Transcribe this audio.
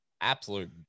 absolute